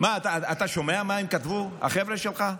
אתה שומע מה הם כתבו, החבר'ה שלך?